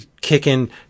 kicking